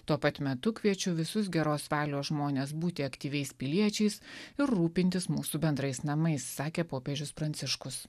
tuo pat metu kviečiu visus geros valios žmones būti aktyviais piliečiais ir rūpintis mūsų bendrais namais sakė popiežius pranciškus